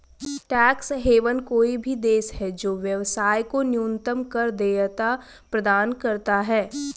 tax haven कोई भी देश है जो व्यवसाय को न्यूनतम कर देयता प्रदान करता है